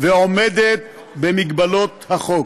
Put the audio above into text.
ועומדת במגבלות החוק.